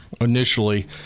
initially